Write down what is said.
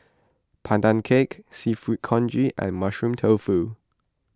Pandan Cake Seafood Congee and Mushroom Tofu